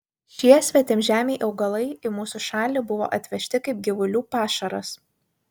šie svetimžemiai augalai į mūsų šalį buvo atvežti kaip gyvulių pašaras